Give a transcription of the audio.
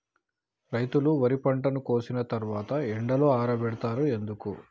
రైతులు వరి పంటను కోసిన తర్వాత ఎండలో ఆరబెడుతరు ఎందుకు?